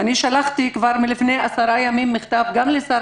שלחתי כבר לפני עשרה ימים מכתב גם לשר